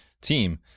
team